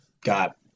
got